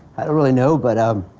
i don't really know, but i'm